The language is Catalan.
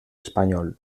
espanyol